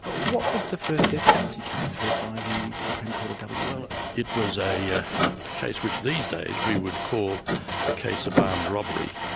ah what was the first death penalty case heard by the supreme court of wa? well it it was a yeah ah case which these days we would call a case of armed robbery,